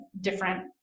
different